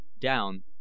Down